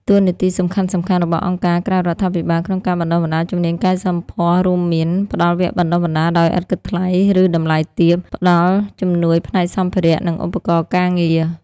តួនាទីសំខាន់ៗរបស់អង្គការក្រៅរដ្ឋាភិបាលក្នុងការបណ្ដុះបណ្ដាលជំនាញកែសម្ផស្សរួមមាន ផ្តល់វគ្គបណ្តុះបណ្តាលដោយឥតគិតថ្លៃ ឬតម្លៃទាប ផ្តល់ជំនួយផ្នែកសម្ភារៈ និងឧបករណ៍ការងារ។